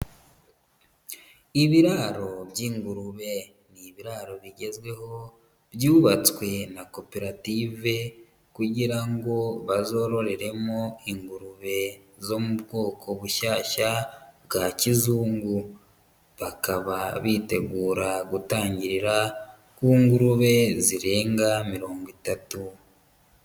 Ibiraro by'ingurube ni ibiraro bigezweho byubatswe na koperative kugira ngo bazororeremo ingurube zo mu bwoko bushyashya bwa kizungu, bakaba bitegura gutangirira ku ngurube zirenga mirongo itatu.